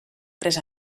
tres